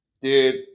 Dude